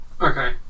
Okay